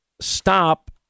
stop